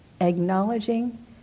acknowledging